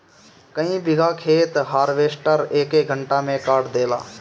कई बिगहा खेत हार्वेस्टर एके घंटा में काट देला